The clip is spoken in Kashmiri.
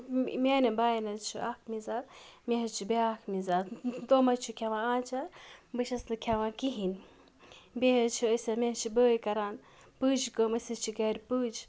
میانٮ۪ن بایَن حظ چھِ اکھ مِزاز مےٚ حظ چھُ بٛیاکھ مِزا تٕم حظ چھِ کھٮ۪وان آچار بہٕ چھَس نہٕ کھٮ۪وان کِہیٖنۍ بیٚیہِ حظ چھِ أسۍ مےٚ حظ چھِ بٲے کَران پٔج کٲم أسۍ حظ چھِ گرِ پٔج